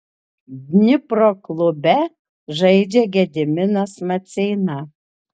dnipro klube žaidžia gediminas maceina